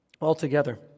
altogether